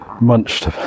munched